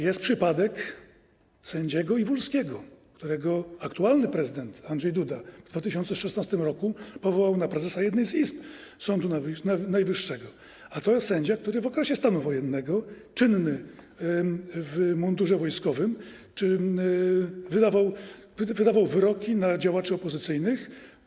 Jest przypadek sędziego Iwulskiego, którego aktualny prezydent Andrzej Duda w 2016 r. powołał na prezesa jednej z izb Sądu Najwyższego, a to jest sędzia, który w okresie stanu wojennego, czynny, w mundurze wojskowym, wydawał wyroki na działaczy opozycyjnych.